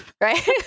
Right